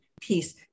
piece